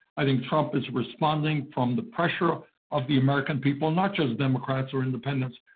i think trump is responding from the pressure of the american people. not just democrats or independents.